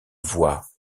vois